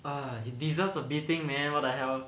uh he deserves a beating man what the hell